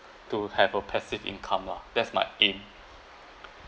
to have a passive income lah that's my aim